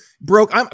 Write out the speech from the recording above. broke